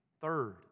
Third